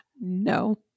No